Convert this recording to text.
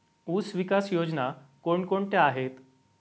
ऊसविकास योजना कोण कोणत्या आहेत?